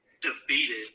defeated